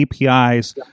APIs